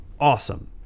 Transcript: Awesome